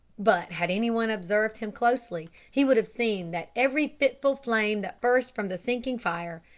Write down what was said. but had any one observed him closely he would have seen that every fitful flame that burst from the sinking fire,